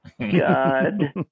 God